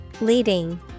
Leading